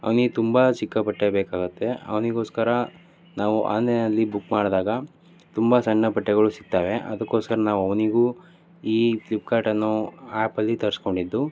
ಅವನಿಗೆ ತುಂಬ ಚಿಕ್ಕ ಬಟ್ಟೆ ಬೇಕಾಗುತ್ತೆ ಅವನಿಗೋಸ್ಕರ ನಾವು ಆನ್ಲೈನಲ್ಲಿ ಬುಕ್ ಮಾಡಿದಾಗ ತುಂಬ ಸಣ್ಣ ಬಟ್ಟೆಗಳು ಸಿಗ್ತವೆ ಅದಕ್ಕೋಸ್ಕರ ನಾವು ಅವನಿಗೂ ಈ ಫ್ಲಿಪ್ಕಾರ್ಟ್ ಅನ್ನೋ ಆ್ಯಪಲ್ಲಿ ತರಿಸ್ಕೊಂಡಿದ್ದು